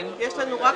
יש לנו רק